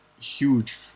huge